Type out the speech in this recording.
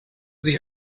sich